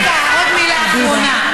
רגע, עוד מילה אחרונה.